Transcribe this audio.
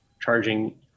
charging